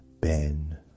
Ben